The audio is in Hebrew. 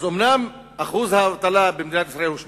אומנם שיעור האבטלה במדינת ישראל הוא 8%,